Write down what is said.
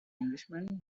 englishman